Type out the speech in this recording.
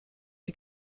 sie